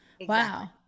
Wow